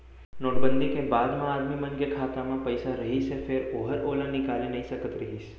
note बंदी के बाद म आदमी मन के खाता म पइसा रहिस हे फेर ओहर ओला निकाले नइ सकत रहिस